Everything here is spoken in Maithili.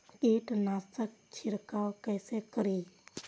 कीट नाशक छीरकाउ केसे करी?